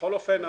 בכל אופן,